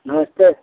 नमस्ते